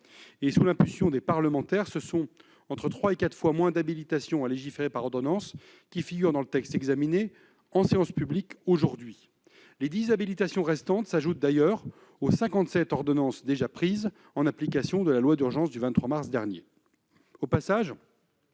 Sous l'impulsion des parlementaires, ce sont entre trois et quatre fois moins d'habilitations à légiférer par ordonnances qui figurent aujourd'hui dans le texte. Les 10 habilitations restantes s'ajoutent d'ailleurs aux 57 ordonnances déjà prises en application de la loi d'urgence du 23 mars dernier. Au passage,